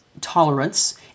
tolerance